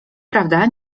prawda